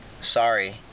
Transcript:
sorry